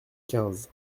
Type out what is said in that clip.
quinze